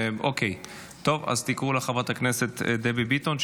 תקראו לחברת הכנסת דבי ביטון,